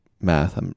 math